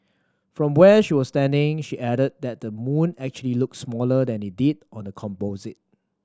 from where she was standing she added that the moon actually looked smaller than it did on the composite